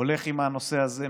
הוא הולך עם הנושא הזה,